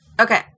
Okay